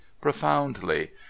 profoundly